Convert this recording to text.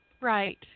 Right